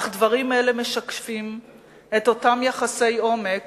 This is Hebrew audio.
אך דברים אלה משקפים את אותם יחסי עומק